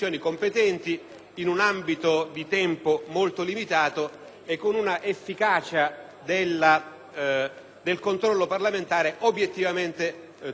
l'ambito di tempo era molto limitato e l'efficacia del controllo parlamentare obiettivamente troppo ridotta.